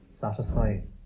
satisfying